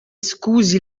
scusi